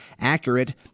accurate